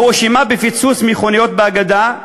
הואשמה בפיצוץ מכוניות בגדה,